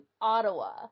Ottawa